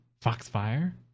Foxfire